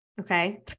Okay